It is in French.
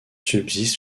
subsiste